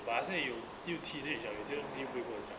but 好像有又 teenage ah 有些东西又不会跟我讲